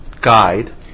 guide